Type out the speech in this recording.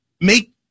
make